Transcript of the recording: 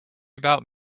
about